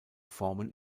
formen